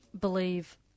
believe